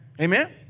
Amen